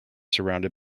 surrounded